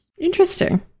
Interesting